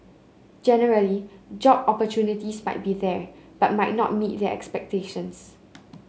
generally job opportunities might be there but might not meet their expectations